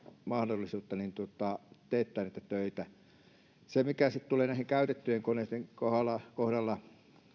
mahdollisuutta teettää niitä töitä siinäkin mitä sitten tulee näiden käytettyjen koneiden kohdalla kohdalla